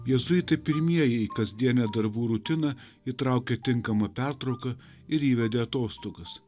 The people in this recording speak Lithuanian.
jėzuitai pirmieji į kasdienę darbų rutiną įtraukė tinkamą pertrauką ir įvedė atostogas